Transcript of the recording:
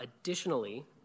Additionally